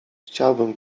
chciałbym